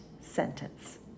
sentence